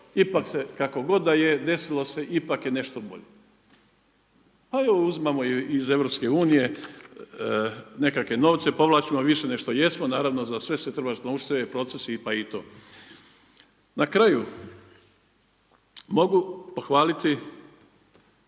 ipak se kako god da je desilo se ipak je nešto bolje. Pa evo uzimamo iz Europske unije nekakve novce, povlačimo više nego što jesmo. Naravno za sve se trebaš naučiti, sve je proces, pa i to. Na kraju mogu pohvaliti